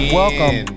welcome